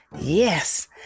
Yes